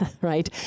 right